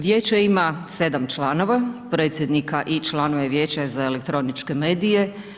Vijeće ima 7 članova, predsjednika i članove Vijeća za elektroničke medije.